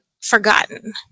forgotten